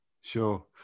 Sure